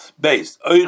Based